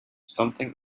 something